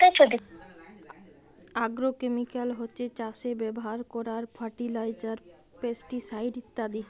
agrochemical হচ্ছে চাষে ব্যাভার কোরার ফার্টিলাইজার, পেস্টিসাইড ইত্যাদি